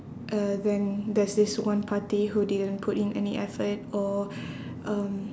uh then there's this one party who didn't put in any effort or um